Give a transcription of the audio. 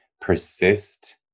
persist